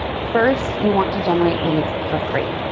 first, you want to generate leads for free,